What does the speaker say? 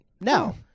No